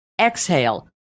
Exhale